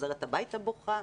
חוזרת הביתה בוכה,